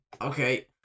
okay